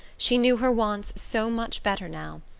she knew her wants so much better now,